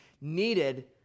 needed